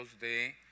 de